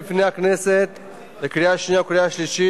אז נצביע בקריאה רביעית.